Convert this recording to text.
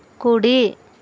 కుడి